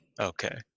Okay